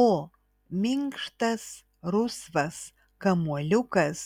o minkštas rusvas kamuoliukas